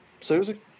Susie